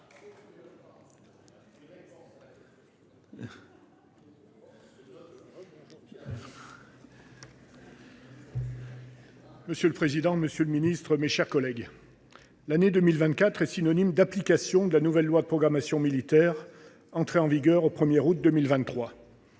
Monsieur le président, monsieur le ministre, mes chers collègues, l’année 2024 est synonyme d’application de la nouvelle loi de programmation militaire, entrée en vigueur le 1août 2023.